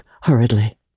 hurriedly